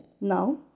Now